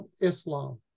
Islam